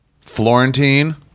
Florentine